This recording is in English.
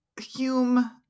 Hume